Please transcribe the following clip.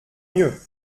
mieux